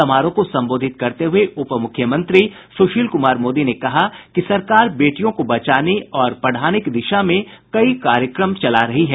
समारोह को संबोधित करते हुए उपमुख्यमंत्री सुशील कुमार मोदी ने कहा कि सरकार बेटियों को बचाने और पढ़ाने की दिशा में कई कार्यक्रम चला रही है